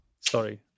sorry